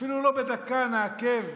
אפילו לא בדקה נעכב,